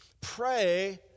Pray